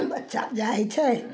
बच्चा जाइ छै